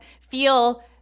feel